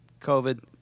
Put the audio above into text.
COVID